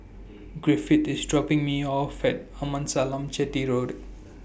Griffith IS dropping Me off At Amasalam Chetty Road